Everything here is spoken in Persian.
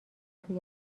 توی